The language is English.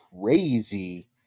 crazy